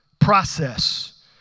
process